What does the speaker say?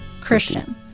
Christian